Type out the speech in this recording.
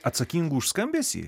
atsakingu už skambesį